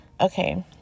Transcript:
Okay